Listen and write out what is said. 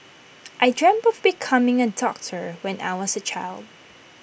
I dreamt of becoming A doctor when I was A child